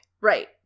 Right